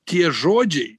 tie žodžiai